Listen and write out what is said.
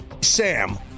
Sam